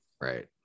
Right